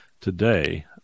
today